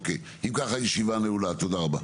אוקיי אם ככה הישיבה נעולה, תודה רבה.